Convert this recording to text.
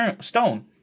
Stone